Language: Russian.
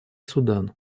судан